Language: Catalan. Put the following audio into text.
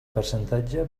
percentatge